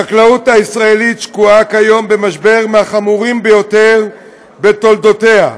החקלאות הישראלית שקועה כיום במשבר מהחמורים ביותר בתולדותיה,